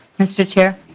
mr. chair